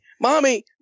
Mommy